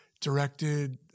directed